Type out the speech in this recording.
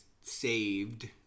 saved